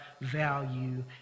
value